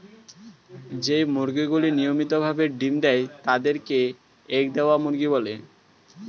যেই মুরগিগুলি নিয়মিত ভাবে ডিম্ দেয় তাদের কে এগ দেওয়া মুরগি বলে